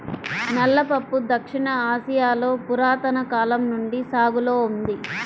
నల్ల పప్పు దక్షిణ ఆసియాలో పురాతన కాలం నుండి సాగులో ఉంది